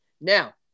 Now